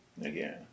Again